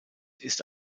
ist